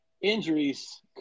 Injuries